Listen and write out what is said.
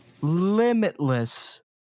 limitless